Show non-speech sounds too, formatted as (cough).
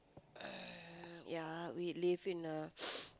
uh ya we live in a (noise)